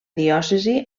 diòcesi